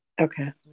Okay